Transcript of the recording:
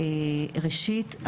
ראשית,